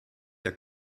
der